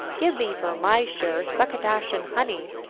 give me for my share succotash and honey.